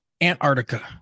Antarctica